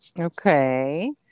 Okay